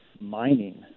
mining